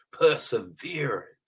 perseverance